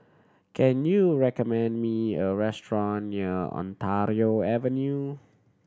can you recommend me a restaurant near Ontario Avenue